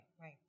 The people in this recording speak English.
right